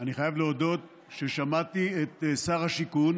אני חייב להודות ששמעתי את שר השיכון